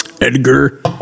Edgar